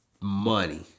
Money